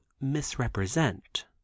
misrepresent